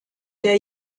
der